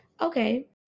Okay